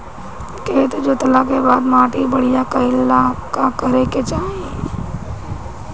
खेत जोतला के बाद माटी बढ़िया कइला ला का करे के चाही?